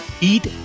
eat